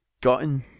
gotten